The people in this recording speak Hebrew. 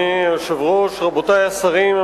רבותי השרים,